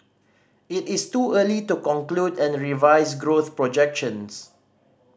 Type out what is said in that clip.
it is too early to conclude and revise growth projections